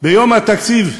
ביום התקציב,